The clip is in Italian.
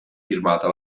firmata